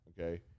okay